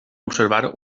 observar